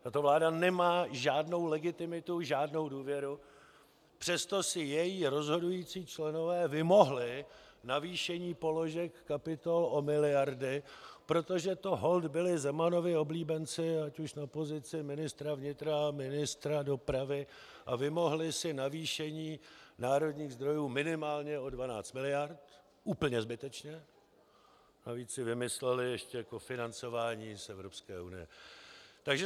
Tato vláda nemá žádnou legitimitu, žádnou důvěru, přesto si její rozhodující členové vymohli navýšení položek kapitol o miliardy, protože to holt byli Zemanovi oblíbenci, ať už na pozici ministra vnitra, ministra dopravy, a vymohli si navýšení národních zdrojů minimálně o 12 miliard úplně zbytečně, navíc si vymysleli ještě kofinancování z Evropské unie.